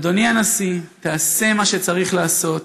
אדוני הנשיא, תעשה מה שצריך לעשות,